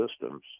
systems